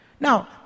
Now